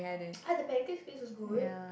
ah the pancakes place is good